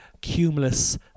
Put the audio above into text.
cumulus